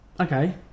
okay